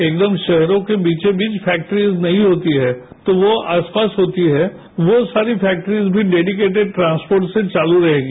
एकदम शहरों के बीचोंबीच फैक्ट्रीज नहीं होती है तो वो आसपास होती है वो सारी फैक्ट्रीज भी डेडीकेटेड ट्रांसपोर्ट से चालू रहेगी